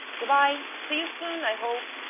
good-bye. see you soon, i hope!